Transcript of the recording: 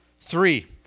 Three